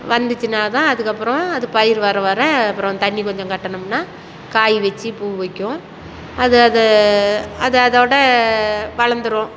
வந்துச்சின்னாதான் அதுக்கப்புறம் அது பயிர் வர வர அப்புறம் தண்ணி கொஞ்சம் கட்டுணம்னா காய்வச்சு பூ வைக்கும் அது அது அது அதோடய வளந்துரும்